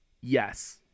yes